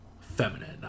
feminine